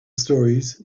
stories